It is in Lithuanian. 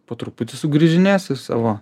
po truputį sugįžinės į savo